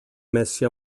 messi